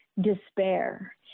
despair